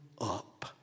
up